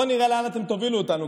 בוא נראה לאן אתם תובילו אותנו,